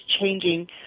changing